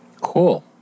cool